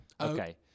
Okay